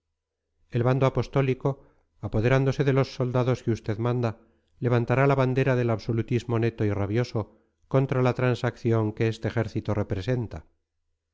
el bando apostólico apoderándose de los soldados que usted manda levantará la bandera del absolutismo neto y rabioso contra la transacción que este ejército representa